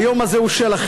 היום הזה הוא שלכם,